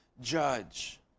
judge